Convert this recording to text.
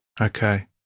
okay